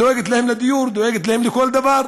דואגת להם לדיור, דואגת להם לכל דבר.